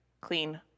clean